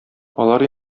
алар